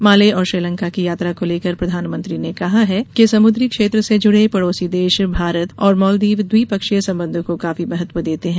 माले और श्रीलंका की यात्रा को लेकर प्रधानमंत्री ने कहा है कि समुद्री क्षेत्र से जुड़े पड़ोसी देश भारत और मालदीव द्विपक्षीय संबंधों को काफी महत्व देते हैं